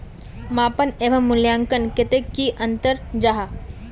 मापन एवं मूल्यांकन कतेक की अंतर जाहा?